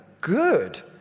good